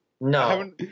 No